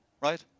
right